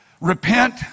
Repent